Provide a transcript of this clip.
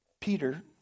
Peter